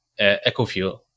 Ecofuel